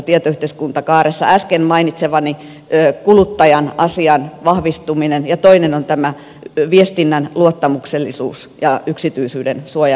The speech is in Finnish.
äsken mainitsemani kuluttajan asian vahvistuminen ja toinen on tämä viestinnän luottamuksellisuus ja yksityisyyden suojan vahvistaminen